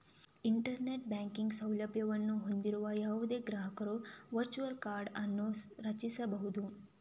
internet banking ಸೌಲಭ್ಯವನ್ನು ಹೊಂದಿರುವ ಯಾವುದೇ ಗ್ರಾಹಕರು ವರ್ಚುವಲ್ ಕಾರ್ಡ್ ಅನ್ನು ರಚಿಸಬಹುದು